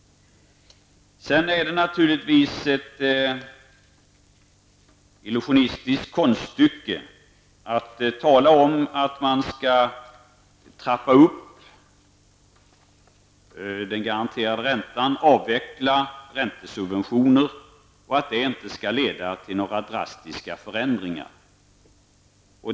Det är naturligtvis ett illusionistiskt konststycke att säga att man skall trappa upp den garanterade räntan och avveckla räntesubventionerna nu och att det inte skall leda till några drastiska förändringar.